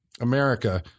America